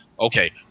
Okay